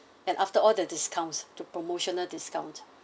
and after all the discounts to promotional discount